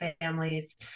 families